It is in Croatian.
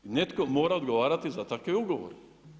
Netko mora odgovarati za takve ugovore.